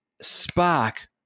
spark